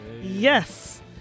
Yes